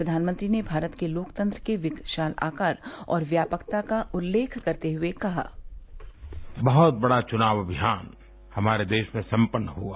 प्रधानमंत्री ने भारत के लोकतंत्र के विशाल आकार और व्यापकता का उल्लेख करते हुए कहा बहुत बड़ा चुनाव अभियान हमारे देश में संपन्न हुआ